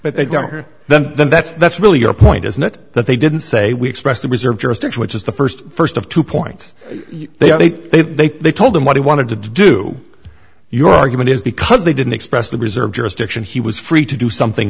they don't hear them then that's that's really your point isn't it that they didn't say we express to reserve jurisdiction which is the first first of two points they are they they they they told him what he wanted to do your argument is because they didn't express the reserve jurisdiction he was free to do something